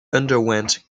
underwent